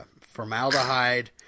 formaldehyde